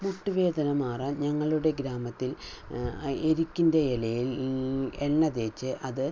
മുട്ടു വേദന മാറാൻ ഞങ്ങളുടെ ഗ്രാമത്തിൽ എരിക്കിൻ്റെ ഇലയിൽ എണ്ണ തേച്ച് അത്